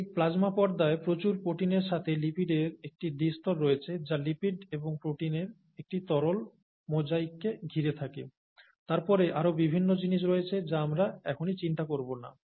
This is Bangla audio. এই প্লাজমা পর্দায় প্রচুর প্রোটিনের সাথে লিপিডের একটি দ্বিস্তর রয়েছে যা লিপিড এবং প্রোটিনের একটি তরল মোজাইককে ঘিরে থাকে তারপরে আরও বিভিন্ন জিনিস রয়েছে যা আমরা এখনই চিন্তা করব না